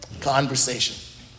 Conversation